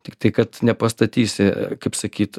tiktai kad nepastatysi kaip sakyt